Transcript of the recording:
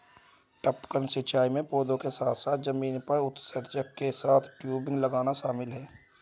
टपकन सिंचाई में पौधों के साथ साथ जमीन पर उत्सर्जक के साथ टयूबिंग लगाना शामिल है